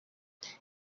iki